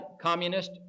communist